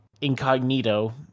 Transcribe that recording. incognito